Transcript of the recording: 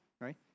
right